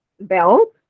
belt